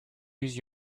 use